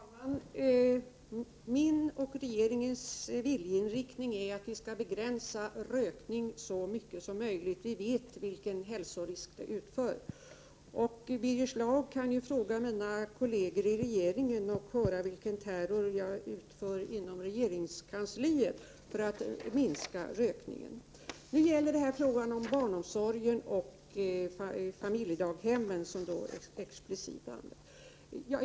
Herr talman! Min och regeringens viljeinriktning är att vi skall begränsa rökningen så mycket som möjligt. Vi vet vilka hälsorisker den medför. Birger Schlaug kan tala med mina kolleger i regeringen och få höra vilken terror jag bedriver inom regeringskansliet för att minska rökningen. Nu gäller denna fråga barnomsorgen och då explicit familjedaghemmen.